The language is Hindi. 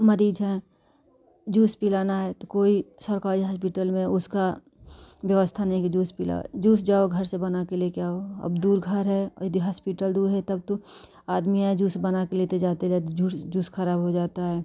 मरीज़ है जूस पिलाना है तो कोई सरकारी हॉस्पिटल में उसका व्यवस्था नहीं है कि जूस पिलाए जूस जाओ घर से बनाकर लेकर आओ अब दूर घर है यदि हॉस्पिटल दूर है तब तो आदमी आए जूस बनाकर लेते जाते जाते जूस खराब हो जाता है